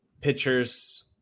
pitchers